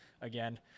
again